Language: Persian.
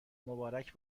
مبارک